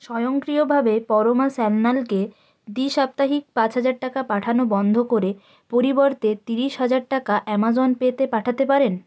স্বয়ংক্রিয়ভাবে পরমা সান্যালকে দ্বি সাপ্তাহিক পাঁচ হাজার টাকা পাঠানো বন্ধ করে পরিবর্তে তিরিশ হাজার টাকা অ্যামাজন পে তে পাঠাতে পারেন